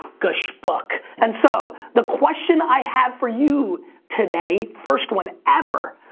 geshpuk. and so, the question i have for you today, first one ever,